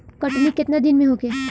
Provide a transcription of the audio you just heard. कटनी केतना दिन में होखे?